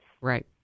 Right